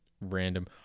random